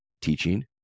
teaching